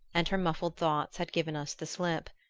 and her muffled thoughts had given us the slip.